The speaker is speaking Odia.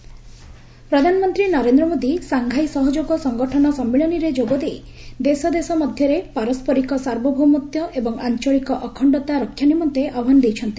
ପିଏମ୍ ଏସ୍ସିଓ ପ୍ରଧାନମନ୍ତ୍ରୀ ନରେନ୍ଦ୍ର ମୋଦି ସାଙ୍ଘାଇ ସହଯୋଗ ସଙ୍ଗଠନ ସମ୍ମିଳନୀରେ ଯୋଗଦେଇ ଦେଶ ଦେଶ ମଧ୍ୟରେ ପାରସ୍କରିକ ସାର୍ମଭୌମତ୍ୱ ଏବଂ ଆଞ୍ଚଳିକ ଅଖଣ୍ଡତା ରକ୍ଷା ନିମନ୍ତେ ଆହ୍ୱାନ ଦେଇଛନ୍ତି